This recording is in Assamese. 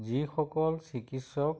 যিসকল চিকিৎসক